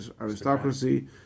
aristocracy